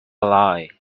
lie